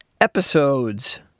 episodes